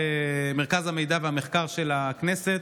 במרכז המידע והמחקר של הכנסת.